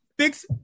Fix